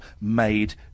made